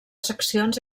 seccions